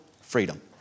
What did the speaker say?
freedom